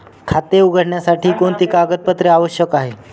खाते उघडण्यासाठी कोणती कागदपत्रे आवश्यक आहे?